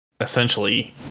essentially